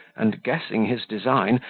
and, guessing his design,